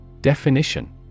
Definition